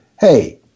hey